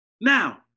Now